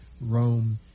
Rome